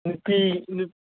ꯅꯨꯄꯤ